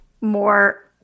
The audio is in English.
more